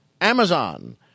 Amazon